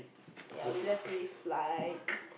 yeah we left with like